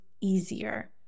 easier